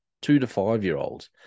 two-to-five-year-olds